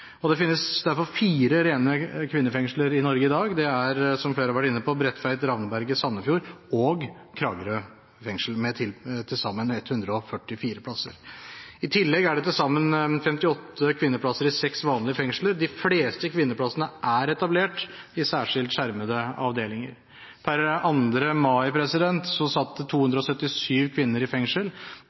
Det finnes derfor fire rene kvinnefengsler i Norge i dag. Det er – som flere har vært inne på – Bredtveit, Ravneberget, Sandefjord og Kragerø, med til sammen 144 plasser. I tillegg er det til sammen 58 kvinneplasser i seks vanlige fengsler. De fleste kvinneplassene er etablert i særskilt skjermede avdelinger. Per 2. mai satt det 277 kvinner i fengsel.